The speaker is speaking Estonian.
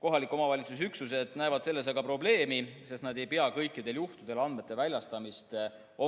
Kohaliku omavalitsuse üksused näevad selles aga probleemi, sest nad ei pea kõikidel juhtudel andmete väljastamist